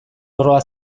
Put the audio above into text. erroa